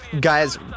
guys